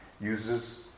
uses